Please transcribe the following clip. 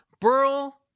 Burl